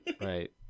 Right